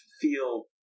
feel